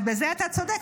בזה אתה צודק.